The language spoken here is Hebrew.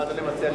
מה אדוני מציע?